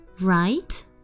right